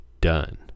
done